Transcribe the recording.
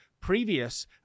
previous